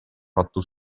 fatto